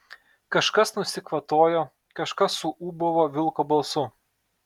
kažkas nusikvatojo kažkas suūbavo vilko balsu